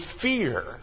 fear